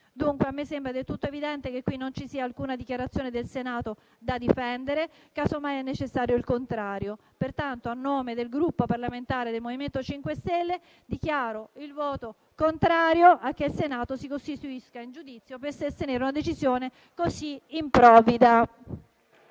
A me sembra del tutto evidente che qui non ci sia alcuna dichiarazione del Senato da difendere; casomai, è necessario il contrario. A nome del Gruppo parlamentare MoVimento 5 Stelle, pertanto, preannuncio il voto contrario a che Senato si costituisca in giudizio per sostenere una decisione così improvvida.